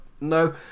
no